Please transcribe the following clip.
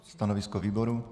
Stanovisko výboru?